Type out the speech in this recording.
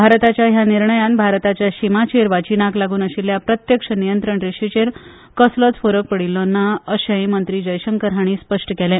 भारताच्या ह्या निर्णयान भारताच्या शीमाचेर वा चीनाक लागून आशिल्ल्या प्रत्यक्ष नियंत्रण रेषेचेर कसलोच फरक पडिछ्ठो ना अशेय मंत्री जयशंकर हाणी स्पष्ट केले